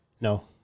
No